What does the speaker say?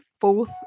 fourth